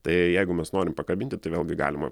tai jeigu mes norim pakabinti tai vėlgi galima